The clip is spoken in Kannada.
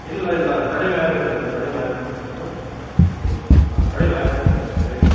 ಇಲ್ಲ ಇಲ್ಲ ಅದು ಕಡಿಮೆಯಾಗುತ್ತದೆ ಕಡಿಮೆಯಾಗುತ್ತದೆ ಅದು ಹಾಂ ಕಡಿಮೆ ಆಗುತ್ತದೆ ನೀವು ತಲೆ ಕೆಡ್ಸಿ